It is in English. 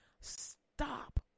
Stop